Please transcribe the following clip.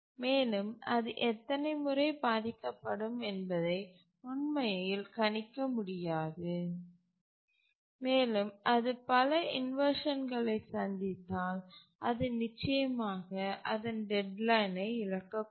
மேலும் அது எத்தனை முறை பாதிக்கப்படும் என்பதை உண்மையில் கணிக்க முடியாது மேலும் அது பல இன்வர்ஷன் களை சந்தித்தால் அது நிச்சயமாக அதன் டெட்லைனை இழக்கக்கூடும்